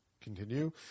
continue